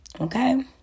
Okay